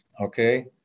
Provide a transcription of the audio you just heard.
okay